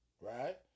right